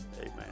Amen